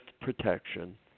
protection